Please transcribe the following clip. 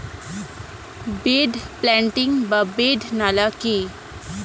Bed planting বা bed নালা কি?